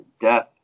death